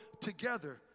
together